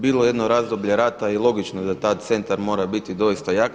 Bilo je jedno razdoblje rata i logično da tada centar mora biti doista jak.